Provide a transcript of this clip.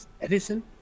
Edison